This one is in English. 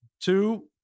two